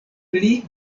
pli